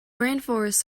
rainforests